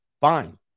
fine